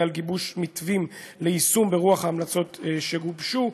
על גיבוש מתווים ליישום ברוח ההמלצות שגובשו,